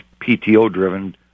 PTO-driven